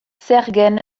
zergen